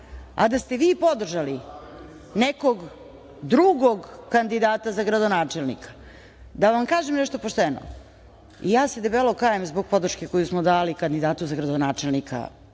a da ste vi podržali nekog drugog kandidata za gradonačelnika. Da vam kažem nešto pošteno, ja se debelo kajem zbog podrške koju smo dali kandidatu za gradonačelnika